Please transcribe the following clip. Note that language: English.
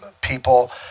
people